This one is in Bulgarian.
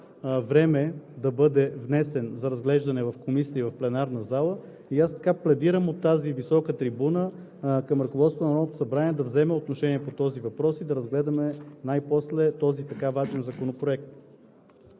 време да бъде внесен за разглеждане в Комисията и в пленарната зала. И аз пледирам от тази висока трибуна към ръководството на Народното събрание да вземе отношение по този въпрос и да разгледаме най-после този така важен законопроект.